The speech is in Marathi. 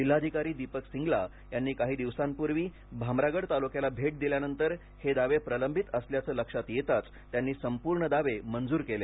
जिल्हाधिकारी दीपक सिंगला यांनी काही दिवसांपूर्वी भामरागड तालुक्याला भेट दिल्यानंतर हे दावे प्रलंबित असल्याचे लक्षात येताच त्यांनी संपूर्ण दावे मंजूर केले